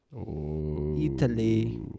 Italy